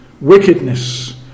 wickedness